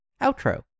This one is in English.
outro